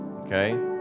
okay